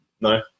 No